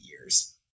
years